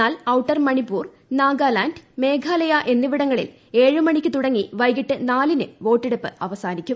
എന്നാൽ ഔട്ടർ മണിപ്പൂർ നാഗാലാന്റ് മേഘാലയ എന്നിവിടങ്ങളിൽ ഏഴുമണിക്ക് തുടങ്ങി വൈകിട്ട് നാലിന് വോട്ടെടുപ്പ് അവസാനിക്കും